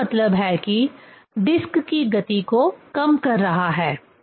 इसका मतलब है कि यह डिस्क की गति को कम कर रहा है